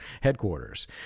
headquarters